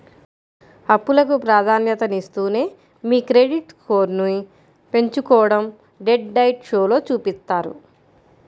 అప్పులకు ప్రాధాన్యతనిస్తూనే మీ క్రెడిట్ స్కోర్ను పెంచుకోడం డెట్ డైట్ షోలో చూపిత్తారు